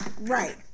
Right